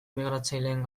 migratzaileen